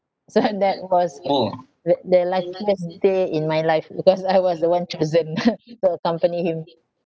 so that was the the luckiest day in my life because I was the one chosen to accompany him